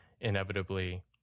inevitably